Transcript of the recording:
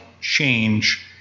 change